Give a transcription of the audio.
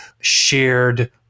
shared